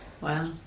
Wow